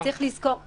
עצורים להארכה?